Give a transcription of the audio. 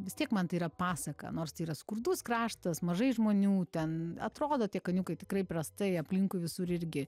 vis tiek man tai yra pasaka nors tai yra skurdus kraštas mažai žmonių ten atrodo tie kaniukai tikrai prastai aplinkui visur irgi